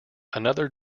another